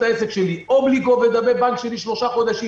העסק שלי או -- -לגבי הבנק שלי שלושה חודשים.